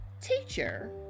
teacher